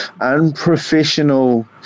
unprofessional